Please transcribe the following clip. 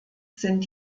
sind